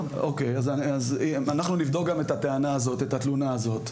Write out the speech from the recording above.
אנחנו נבדוק גם את התלונה הזאת.